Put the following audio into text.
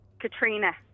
Katrina